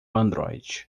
android